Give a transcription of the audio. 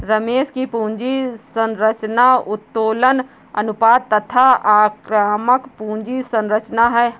रमेश की पूंजी संरचना उत्तोलन अनुपात तथा आक्रामक पूंजी संरचना है